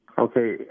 Okay